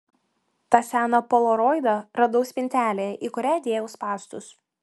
tą seną polaroidą radau spintelėje į kurią dėjau spąstus